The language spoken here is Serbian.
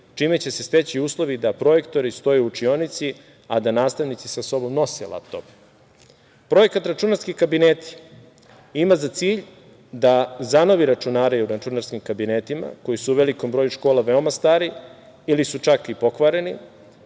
čime će se steći uslovi da projektori stoje u učionici, a da nastavnici sa sobom nose laptop. Projekat "Računarski kabineti" ima za cilj da zanovi računare u računarskim kabinetima koji su u velikom broju škola veoma stari ili su čak i pokvareni.